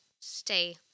Stay